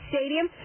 Stadium